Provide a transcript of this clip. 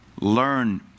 learn